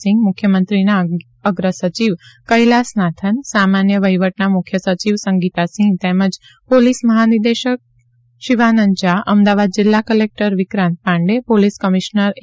સિંહ મુખ્યમંત્રીના અગ્ર સચિવ કેલાસનાથન સામાન્ય વહીવટના મુખ્ય સચિવ સંગીતાસિંહ તેમજ પોલીસ મહાનિદેશક શિવાનંદ ઝા અમદાવાદ જિલ્લા collector Vikrant Pandey police commissioner એ